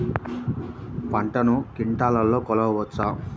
పంటను క్వింటాల్లలో కొలవచ్చా?